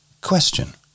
Question